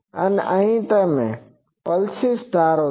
અને અહીં તમે પલ્સીસ ધારો છે